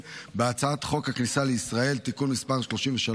בהצעת חוק הכניסה לישראל (תיקון מס' 33)